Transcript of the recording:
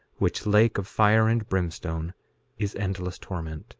which lake of fire and brimstone is endless torment